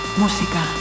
música